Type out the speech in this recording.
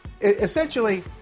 Essentially